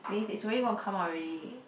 please is already gonna come out already